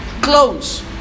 clothes